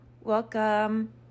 Welcome